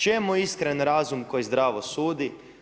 Čemu iskren razum koji zdravo sudi?